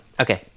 okay